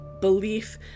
belief